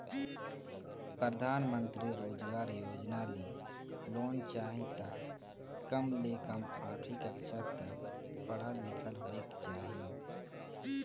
परधानमंतरी रोजगार योजना ले लोन चाही त कम ले कम आठवीं कक्छा तक पढ़ल लिखल होएक चाही